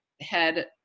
head